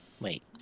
wait